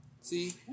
See